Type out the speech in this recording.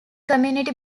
community